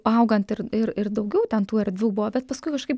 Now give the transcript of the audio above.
augant ir ir ir daugiau ten tų erdvių buvo bet paskui kažkaip